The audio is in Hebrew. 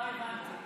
לא הבנתי.